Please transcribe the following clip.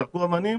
אם זרקו אבנים,